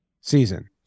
season